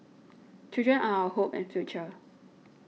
children are our hope and future